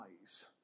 eyes